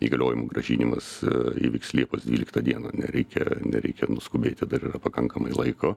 įgaliojimų grąžinimas įvyks liepos dvyliktą dieną nereikia nereikia nuskubėti dar yra pakankamai laiko